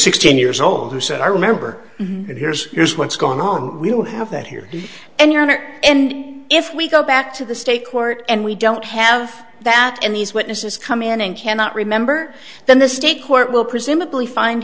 sixteen years old who said i remember it here's here's what's going on we don't have that here and your honor and if we go back to the state court and we don't have that in these witnesses come in and cannot remember the state court will presumably find